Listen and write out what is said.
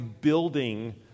building